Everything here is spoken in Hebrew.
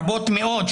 רבות מאוד,